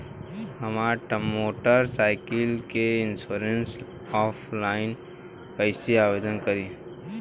हमार motor cycle के insurance online कईसे आवेदन होई?